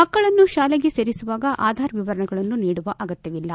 ಮಕ್ಕಳನ್ನು ಶಾಲೆಗೆ ಸೇರಿಸುವಾಗ ಆಧಾರ್ ವಿವರಗಳನ್ನು ನೀಡುವ ಅಗತ್ಜವಿಲ್ಲ